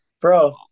Bro